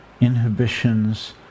inhibitions